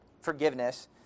forgiveness